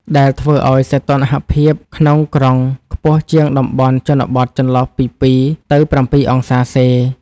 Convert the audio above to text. ដែលធ្វើឱ្យសីតុណ្ហភាពក្នុងក្រុងខ្ពស់ជាងតំបន់ជនបទចន្លោះពី ២ ទៅ ៧ អង្សាសេ។